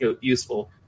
useful